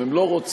אם הם לא רוצים,